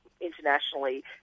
internationally